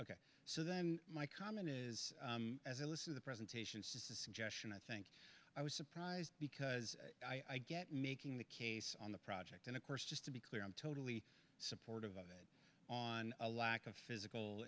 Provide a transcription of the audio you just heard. so then my comment is as a list of the presentations to suggestion i think i was surprised because i get making the case on the project and of course just to be clear i'm totally supportive of that on a lack of physical